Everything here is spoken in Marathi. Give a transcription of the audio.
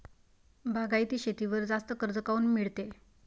बागायती शेतीवर जास्त कर्ज काऊन मिळते?